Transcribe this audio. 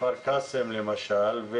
כפר קאסם, למשל.